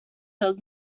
does